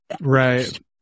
Right